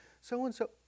so-and-so